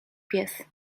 pies